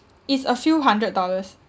it's a few hundred dollars